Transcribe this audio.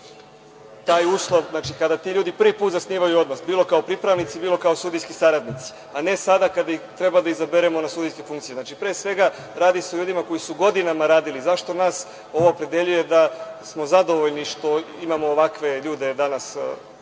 taj uslov, kada ti ljudi prvi put zasnivaju odnos, bilo kao pripravnici, bilo kao sudijski saradnici, a ne sada kada treba da ih izaberemo na sudijske funkcije. Znači, pre svega, radi se o ljudima koji su godinama radili. Zašto nas opredeljuje da smo zadovoljni što imamo ovakve ljude danas pred